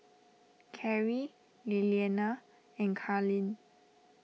Carri Lilliana and Karlee